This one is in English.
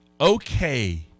okay